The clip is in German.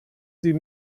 sie